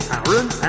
Aaron